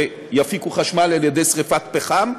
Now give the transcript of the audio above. שיפיקו חשמל על ידי שרפת פחם.